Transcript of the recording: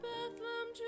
Bethlehem